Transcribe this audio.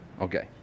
Okay